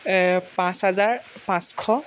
পাঁচ হাজাৰ পাঁচশ